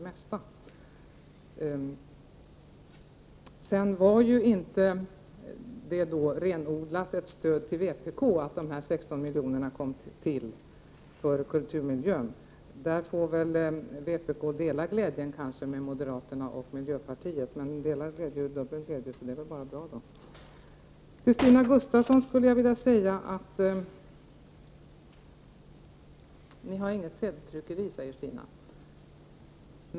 Det var inte ett renodlat stöd för vpk som gjorde att de 16 miljonerna för kulturmiljön kom till. Vpk får dela glädjen med moderaterna och miljöpartiet — men delad glädje är ju dubbel glädje, så det är väl bra. Stina Gustavsson säger att centern inte har något sedeltryckeri.